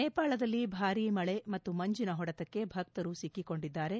ನೇಪಾಳದಲ್ಲಿ ಭಾರಿ ಮಳೆ ಮತ್ತು ಮಂಜಿನ ಹೊಡೆತಕ್ಕೆ ಭಕರು ಸಿಕ್ಕೊಂಡಿದ್ದಾರೆ